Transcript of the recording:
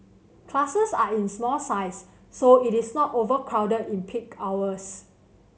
classes are in small size so it is not overcrowded in peak hours